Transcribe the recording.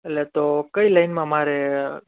એટલે તો કઈ લાઈનમાં મારે